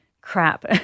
crap